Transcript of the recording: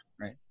right